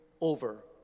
over